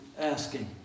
asking